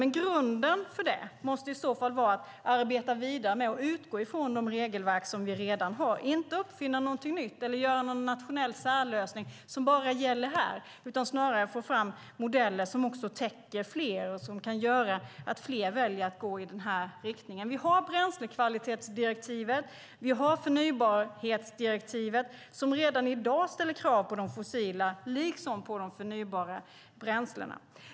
Men grunden för det måste i så fall vara att arbeta vidare och utgå från de regelverk som vi redan har - inte uppfinna någonting nytt eller göra någon nationell särlösning som bara gäller här, utan snarare få fram modeller som täcker fler och som kan göra att fler väljer att gå i den här riktningen. Vi har bränslekvalitetsdirektivet och förnybarhetsdirektivet, som redan i dag ställer krav på de fossila liksom på de förnybara bränslena.